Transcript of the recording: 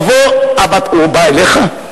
הוא בא אליך?